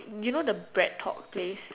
you know the BreadTalk place